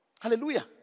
Hallelujah